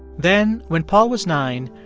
then, when paul was nine,